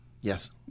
Yes